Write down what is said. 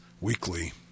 weekly